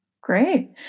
Great